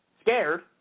scared